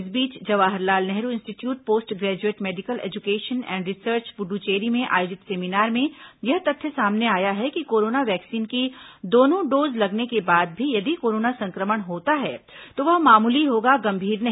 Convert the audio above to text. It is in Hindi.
इस बीच Jawaharlal Nehru institute post graduate medical education and research Puducherry में आयोजित सेमीनार में यह तथ्य सामने आया है कि कोरोना वैक्सीन की दोनों डोज लगने के बाद भी यदि कोरोना संक्रमण होता है तो वह मामूली होगा गंभीर नहीं